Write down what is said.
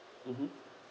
mmhmm